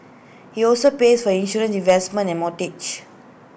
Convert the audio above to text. he also pays for insurance investments and mortgage